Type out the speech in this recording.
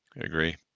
Agree